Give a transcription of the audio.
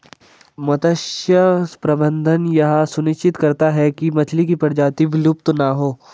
मत्स्य प्रबंधन यह सुनिश्चित करता है की मछली की प्रजाति विलुप्त ना हो